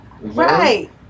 right